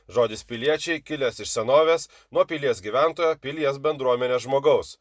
žodis piliečiai kilęs iš senovės nuo pilies gyventojo pilies bendruomenės žmogaus